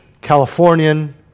Californian